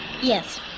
Yes